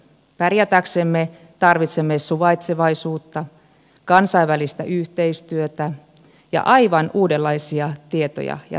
pärjätäksemme tarvitsemme suvaitsevaisuutta kansainvälistä yhteistyötä ja aivan uudenlaisia tietoja ja taitoja